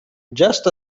just